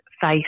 face